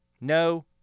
no